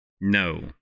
No